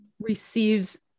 receives